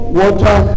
water